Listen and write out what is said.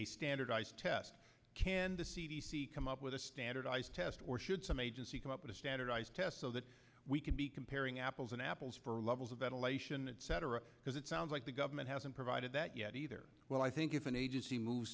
a standardized test can the c d c come up with a standardized test or should some agency come up with a standardized test so that we could be comparing apples and apples for levels of ventilation and cetera because it sounds like the government hasn't provided that yet either well i think if an agency moves